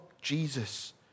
Jesus